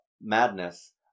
madness